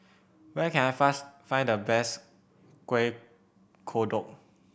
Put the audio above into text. where can I find the best Kuih Kodok